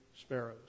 sparrows